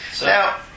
Now